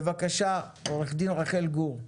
בבקשה, עורכת דין רחל גור.